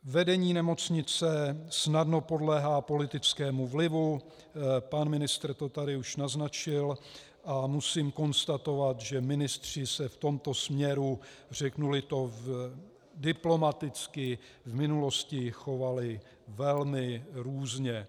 Vedení nemocnice snadno podléhá politickému vlivu, pan ministr to tady už naznačil, a musím konstatovat, že ministři se v tomto směru, řeknuli to diplomaticky, v minulosti chovali velmi různě.